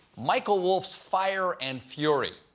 michael wolff's fire and fury.